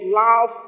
love